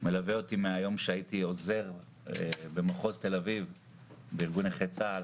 מלווה אותי מן היום שהייתי עוזר במחוז תל אביב בארגון נכי צה"ל